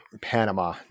Panama